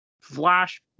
Flash